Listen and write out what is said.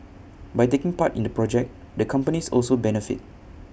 by taking part in the project the companies also benefit